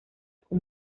como